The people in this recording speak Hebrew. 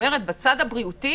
בצד הבריאותי